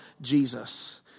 Jesus